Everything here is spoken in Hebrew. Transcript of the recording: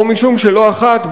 או משום שלא אחת,